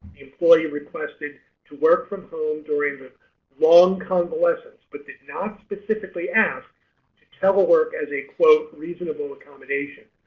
employee requested to work from home during the long convalescence but did not specifically ask to telework as a quote reasonable accommodation.